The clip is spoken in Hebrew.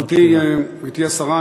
גברתי השרה,